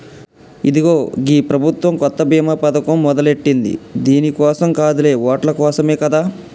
ఇదిగో గీ ప్రభుత్వం కొత్త బీమా పథకం మొదలెట్టింది దీని కోసం కాదులే ఓట్ల కోసమే కదా